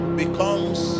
becomes